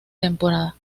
temporada